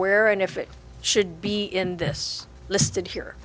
where and if it should be in this listed here